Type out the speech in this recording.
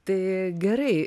tai gerai